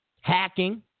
Hacking